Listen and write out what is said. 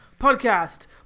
Podcast